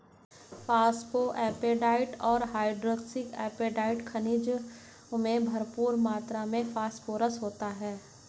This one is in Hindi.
फोस्फोएपेटाईट और हाइड्रोक्सी एपेटाईट खनिजों में भरपूर मात्र में फोस्फोरस होता है